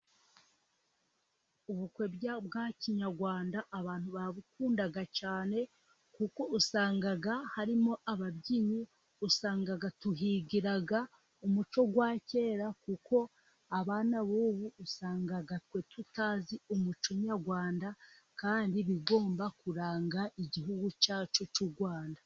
Ubukwe bwa kinyarwanda abantu barabukunda cyane, kuko usanga harimo ababyinnyi usanga tuhigira umuco wa kera, kuko abana bubu usanga twe tutazi umuco nyarwanda kandi bigomba kuranga igihugu cyacu cy'u Rwanda.